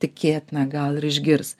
tikėtina gal ir išgirs